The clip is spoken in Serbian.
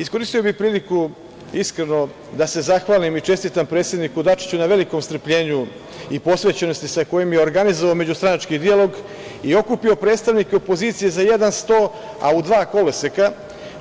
Iskoristio bih priliku, iskreno da se zahvalim i čestitam predsedniku Dačiću na velikom strpljenju i posvećenosti sa kojima je organizovao međustranački dijalog i okupio predstavnike opozicije za jedan sto, a u dva koloseka,